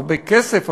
הרבה כסף,